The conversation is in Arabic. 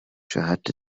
شاهدت